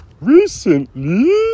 recently